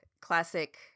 classic